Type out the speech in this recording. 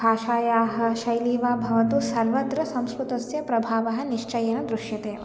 भाषायाः शैली वा भवतु सर्वत्र संस्कृतस्य प्रभावः निश्चयेन दृशयतेव